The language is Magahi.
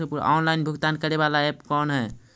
ऑनलाइन भुगतान करे बाला ऐप कौन है?